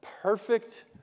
perfect